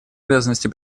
обязанности